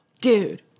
Dude